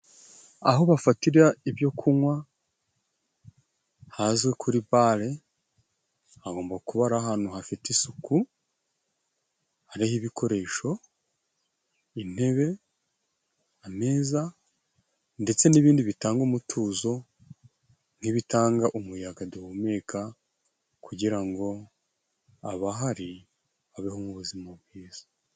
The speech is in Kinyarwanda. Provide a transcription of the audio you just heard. Aho bafatira ibyo kunywa hazwi kuri bare, hagomba kuba ari ahantu hafite isuku, hariho ibikoresho intebe, ameza ndetse n'ibindi bitanga umutuzo nk'ibitanga umuyaga duhumeka, kugirango abahari babeho mu buzima bwiza.